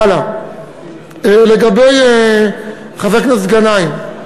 לגבי חבר הכנסת גנאים,